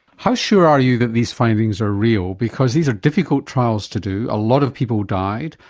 how sure are you that these findings are real, because these are difficult trials to do, a lot of people died,